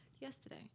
Yesterday